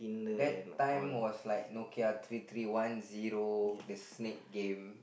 that time was like Nokia three three one zero the snake game